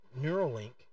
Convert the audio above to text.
Neuralink